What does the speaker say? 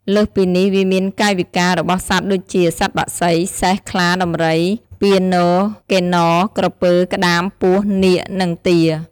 លើសពីនេះវាមានកាយវិការរបស់សត្វដូចជា សត្វបក្សី សេះ ខ្លា ដំរី ពានរ កិន្នរ ក្រពើ ក្តាម ពស់ នាគ និងទា។ល។